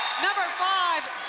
number five,